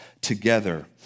together